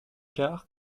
quart